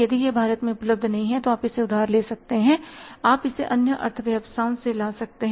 यदि यह भारत में उपलब्ध नहीं है तो आप इसे उधार ले सकते हैं आप इसे अन्य अर्थव्यवस्थाओं से ला सकते हैं